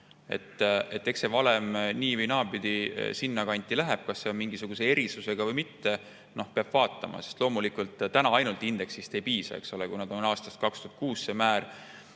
Eks see valem nii- või naapidi sinnakanti läheb. Kas see on mingisuguse erisusega või mitte, peab vaatama. Loomulikult täna ainult indeksist ei piisa, eks ole, kuna see määr on aastast 2006. Siin